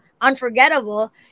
unforgettable